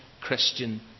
Christian